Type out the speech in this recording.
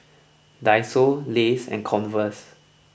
Daiso Lays and Converse